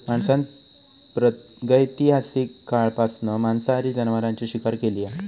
माणसान प्रागैतिहासिक काळापासना मांसासाठी जनावरांची शिकार केली हा